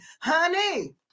honey